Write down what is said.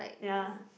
ya